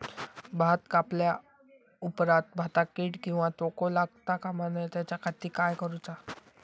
भात कापल्या ऑप्रात भाताक कीड किंवा तोको लगता काम नाय त्याच्या खाती काय करुचा?